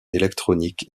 électronique